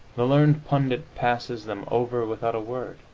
the learned pundit passes them over without a word.